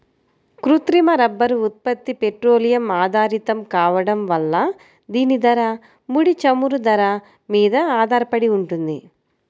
కృత్రిమ రబ్బరు ఉత్పత్తి పెట్రోలియం ఆధారితం కావడం వల్ల దీని ధర, ముడి చమురు ధర మీద ఆధారపడి ఉంటుంది